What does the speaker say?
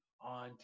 on